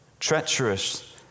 treacherous